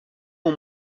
ont